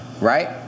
Right